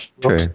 true